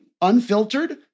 unfiltered